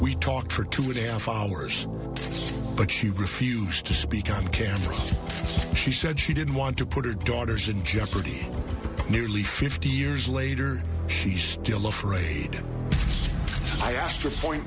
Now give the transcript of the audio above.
we talked for two and a half hours but she refused to speak on camera she said she didn't want to put her daughters in jeopardy nearly fifty years later she still afraid i asked her point